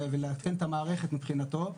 ולעדכן את המערכת מבחינתו.